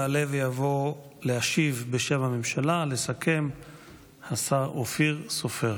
יעלה ויבוא להשיב ולסכם בשם הממשלה השר אופיר סופר.